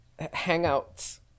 hangouts